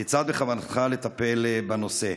כיצד בכוונתך לטפל בנושא?